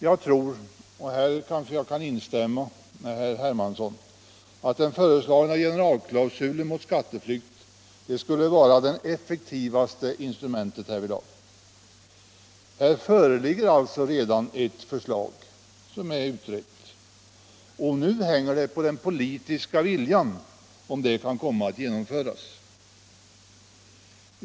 Jag tror — och här kanske jag kan instämma med herr Hermansson — att den föreslagna generalklausulen mot skatteflykt skulle vara det effektivaste instrumentet därvidlag. Här föreligger alltså redan ett förslag som är utrett, och nu hänger det på den politiska viljan om det kan komma att genomföras.